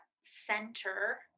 center